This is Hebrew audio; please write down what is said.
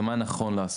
ומה נכון לעשות.